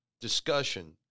discussion